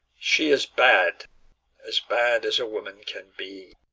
she is bad as bad as a woman can be.